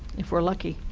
if we're lucky,